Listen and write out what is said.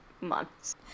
months